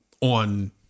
on